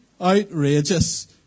Outrageous